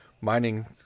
mining